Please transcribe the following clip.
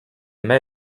mets